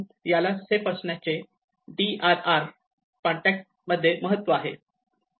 यालाच सेफ असण्याचे D R R contact मध्ये महत्त्व आहे